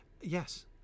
Yes